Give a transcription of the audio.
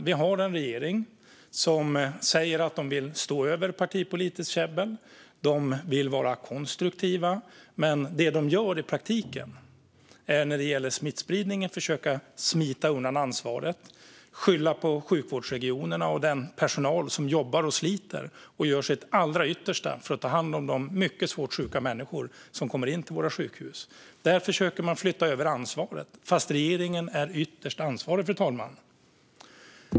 Vi har en regering som säger att den vill stå över partipolitiskt käbbel och att den vill vara konstruktiv, men det den gör i praktiken när det gäller smittspridningen är att försöka smita undan ansvaret och skylla på sjukvårdsregionerna och på den personal som jobbar och sliter och gör sitt allra yttersta för att ta hand om de mycket svårt sjuka människor som kommer in till våra sjukhus. Där försöker man att flytta över ansvaret fastän regeringen är ytterst ansvarig, fru talman.